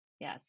Yes